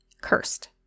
cursed